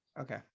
Okay